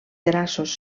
grassos